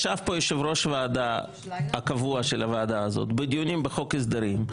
ישב פה היושב-ראש הקבוע של הוועדה הזאת בדיונים בחוק ההסדרים,